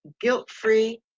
guilt-free